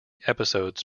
episodes